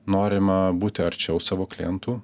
norima būti arčiau savo klientų